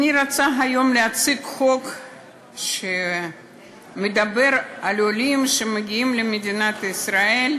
אני רוצה היום להציג חוק שמדבר על עולים שמגיעים למדינת ישראל,